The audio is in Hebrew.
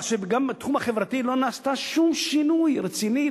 גם בתחום החברתי לא נעשה שום שינוי רציני.